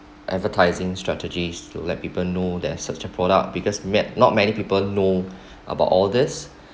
advertising strategies to let people know that such a product because met not many people know about all this